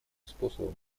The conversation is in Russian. способом